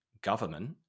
government